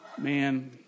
Man